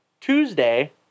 Tuesday